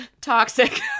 toxic